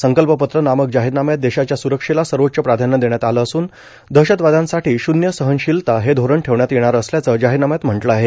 संकल्पपत्र नामक जाहीरनाम्यात देशाच्या सुरक्षेला सर्वोच्च प्राधान्य देण्यात आलं असून दहशतवादासाठी शून्य सहनशीलता हे धोरण ठेवण्यात येणार असल्याचं जाहीरनाम्यात म्हटलं आहे